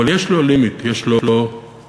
אבל יש לו limit, יש לו תוקף,